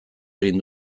egin